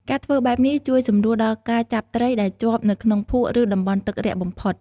ការធ្វើបែបនេះជួយសម្រួលដល់ការចាប់ត្រីដែលជាប់នៅក្នុងភក់ឬតំបន់ទឹករាក់បំផុត។